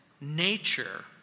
nature